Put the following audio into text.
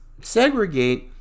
segregate